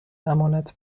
امانت